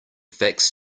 facts